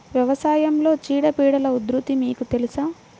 వ్యవసాయంలో చీడపీడల ఉధృతి మీకు తెలుసా?